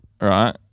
Right